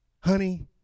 Honey